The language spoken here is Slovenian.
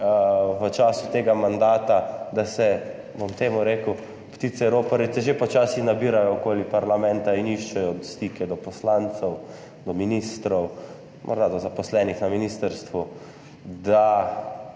v času tega mandata, bom temu rekel, ptice roparice že počasi nabirajo okoli parlamenta in iščejo stike do poslancev, do ministrov, morda do zaposlenih na ministrstvu, da